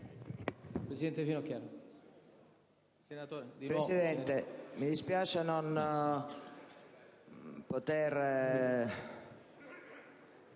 Presidente, mi spiace non poter